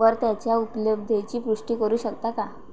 वर त्याच्या उपलब्धतेची पुष्टी करू शकता का